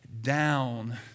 down